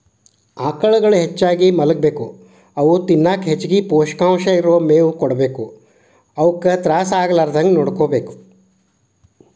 ಆಕಳುಗಳು ಹೆಚ್ಚಾಗಿ ಮಲಗಬೇಕು ಅವು ತಿನ್ನಕ ಹೆಚ್ಚಗಿ ಪೋಷಕಾಂಶ ಇರೋ ಮೇವು ಕೊಡಬೇಕು ಅವುಕ ತ್ರಾಸ ಆಗಲಾರದಂಗ ನೋಡ್ಕೋಬೇಕು